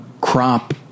crop